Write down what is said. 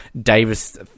Davis